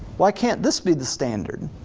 why can't this be the standard?